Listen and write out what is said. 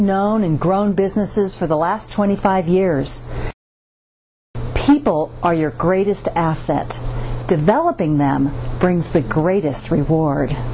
known and grown businesses for the last twenty five years people are your greatest asset developing them brings the greatest reward